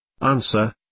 Answer